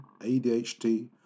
ADHD